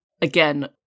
again